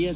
S